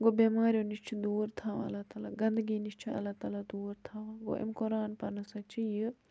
گوٚو بیٚماریٚو نِش چھ دوٗر تھاوان اللہ تعالی گنٛدگی نِش چھ اللہ تعالیٰ دوٗر تھاوان گوٚو امہ قۄران پرنہٕ سۭتۍ چھِ یہِ